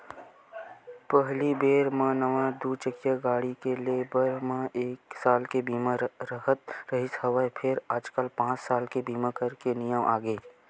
पहिली बेरा म नवा दू चकिया गाड़ी के ले बर म एके साल के बीमा राहत रिहिस हवय फेर आजकल पाँच साल के बीमा करे के नियम आगे हे